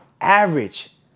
average